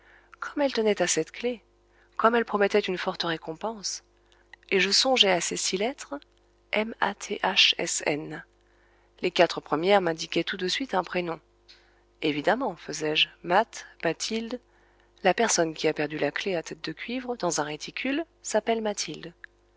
comme elle tenait à cette clef comme elle promettait une forte récompense et je songeai à ces six lettres m a t h s n les quatre premières m'indiquaient tout de suite un prénom évidemment faisais je math mathilde la personne qui a perdu la clef à tête de cuivre dans un réticule s'appelle mathilde